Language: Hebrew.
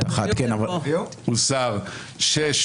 4 בעד,